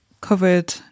covered